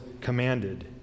commanded